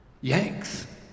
Yanks